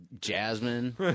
Jasmine